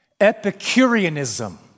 Epicureanism